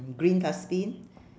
green dustbin